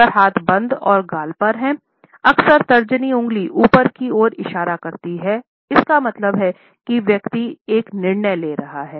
अगर हाथ बंद और गाल पर हैं अक्सर तर्जनी उंगली ऊपर की ओर इशारा करती है इसका मतलब है कि यह व्यक्ति एक निर्णय ले रहा है